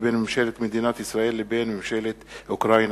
בין ממשלת מדינת ישראל לבין ממשלת אוקראינה.